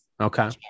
Okay